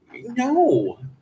no